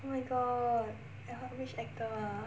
oh my god which actor ah